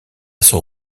son